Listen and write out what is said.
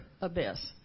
abyss